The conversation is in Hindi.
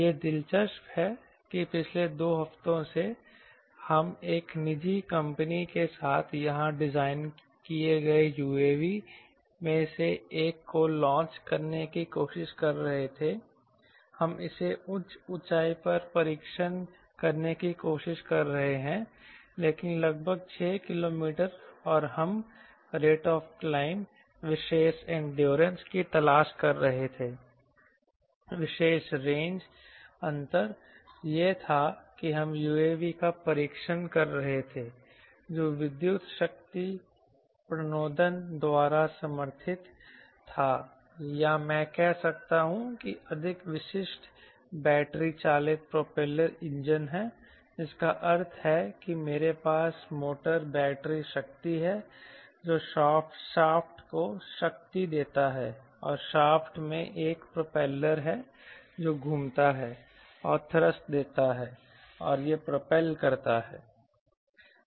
यह दिलचस्प है कि पिछले दो हफ्तों से हम एक निजी कंपनी के साथ यहां डिज़ाइन किए गए UAV में से एक को लॉन्च करने की कोशिश कर रहे थे हम इसे उच्च ऊंचाई पर परीक्षण करने की कोशिश कर रहे हैं लेकिन लगभग 6 किलोमीटर और हम रेट ऑफ क्लाइंब विशेष एंडोरेंस की तलाश कर रहे थे विशेष रेंज अंतर यह था कि हम UAV का परीक्षण कर रहे थे जो विद्युत शक्ति प्रणोदन द्वारा समर्थित था या मैं कहता हूं कि अधिक विशिष्ट बैटरी चालित प्रोपेलर इंजन है जिसका अर्थ है कि मेरे पास मोटर बैटरी शक्ति है जो शाफ्ट को शक्ति देता है और शाफ्ट में एक प्रोपेलर है जो घूमता है और थ्रस्ट देता है और यह प्रोपेल करता है